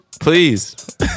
please